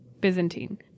Byzantine